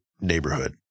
neighborhood